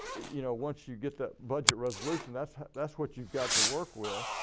you know once you get that budget resolution, that's that's what you got to work with